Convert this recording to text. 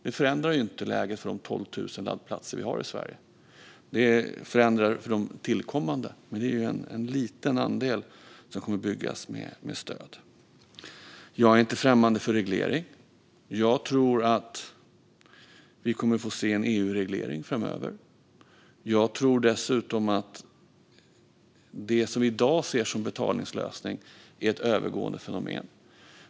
Det förändrar inte läget för de 12 000 laddplatser vi redan har i Sverige. Det förändrar dock för de tillkommande, men det är en liten andel som kommer att byggas med stöd. Jag är inte främmande för reglering. Jag tror att vi kommer att få se en EU-reglering framöver. Jag tror dessutom att det som vi i dag ser som betalningslösning är ett övergående fenomen.